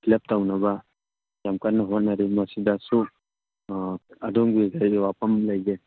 feel up ꯇꯧꯅꯕ ꯌꯥꯝ ꯀꯟꯅ ꯍꯣꯠꯅꯔꯤ ꯃꯁꯤꯗꯁꯨ ꯑꯗꯣꯝꯒꯤ ꯀꯔꯤ ꯋꯥꯐꯝ ꯂꯩꯒꯦ